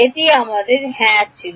এটি আমাদের আগে হ্যাঁ ছিল